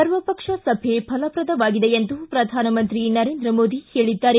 ಸರ್ವಪಕ್ಷ ಸಭೆ ಫಲಪ್ರದವಾಗಿದೆ ಎಂದು ಪ್ರಧಾನಮಂತ್ರಿ ನರೇಂದ್ರ ಮೋದಿ ಹೇಳಿದ್ದಾರೆ